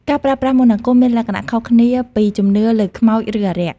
ការប្រើប្រាស់មន្តអាគមមានលក្ខណៈខុសគ្នាពីជំនឿលើខ្មោចឬអារក្ស។